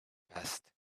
past